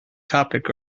topic